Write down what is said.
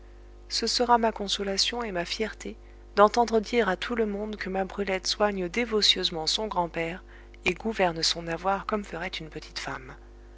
ce sera ma consolation et ma fierté d'entendre dire à tout le monde que ma brulette soigne dévotieusement son grand-père et gouverne son avoir comme ferait une petite femme